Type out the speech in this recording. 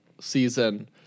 season